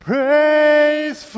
Praise